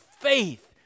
faith